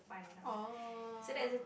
oh